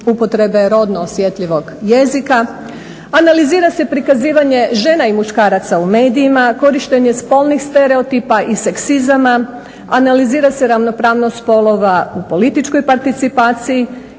upotrebe rodno osjetljivog jezika. Analizira se prikazivanje žena i muškaraca u medijima, korištenje spolnih stereotipa i seksizama, analizira se ravnopravnost spolova u političkoj participaciji